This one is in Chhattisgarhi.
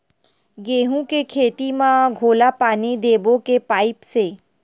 गेहूं के खेती म घोला पानी देबो के पाइप से?